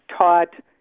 taught